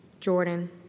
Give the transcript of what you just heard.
Jordan